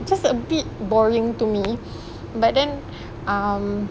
just a bit boring to me but then um